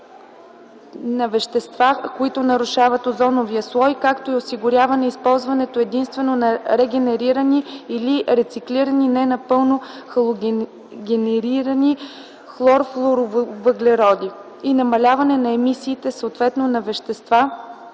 на вещества, които нарушават озоновия слой, както и осигуряване използването единствено на регенерирани или рециклирани ненапълно халогенирани хлорфлуорвъглеводороди и намаляване на емисиите на вещества,